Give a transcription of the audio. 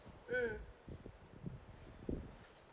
mm